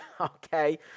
Okay